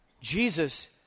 Jesus